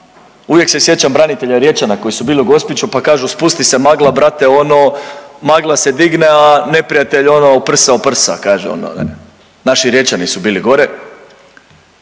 Uvijek se sjećam branitelja Riječana koji su bili u Gospiću, pa kažu spusti se magla brate ono, magla se digne a neprijatelj ono prsa o prsa kaže on. Naši Riječani su bili gore.